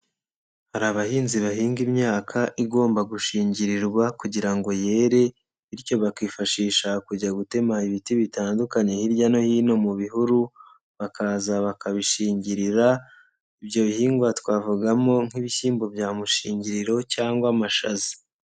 Hari abahinzi bahinga imyaka igomba gushingirirwa kugira ngo yere, bityo bakifashisha kujya gutema ibiti bitandukanye hirya no hino mu bihuru, bakaza bakabishingirira, ibyo bihingwa twavugamo nk'ibishyimbo bya mushingiriro cyangwa amashaza.